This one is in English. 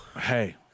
Hey